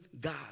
God